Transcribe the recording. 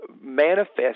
manifest